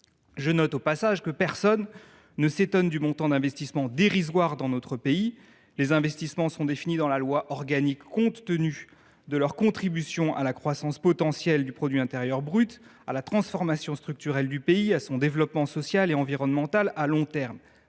Je note au passage que personne ne s’étonne du montant dérisoire des investissements dans notre pays. Les investissements sont définis dans la loi organique, compte tenu de leur contribution à la croissance potentielle du produit intérieur brut, à la transformation structurelle du pays, à son développement social et environnemental à long terme.